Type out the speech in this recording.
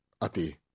ati